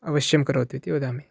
अवश्यं करोतु इति वदामि